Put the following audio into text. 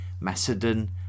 Macedon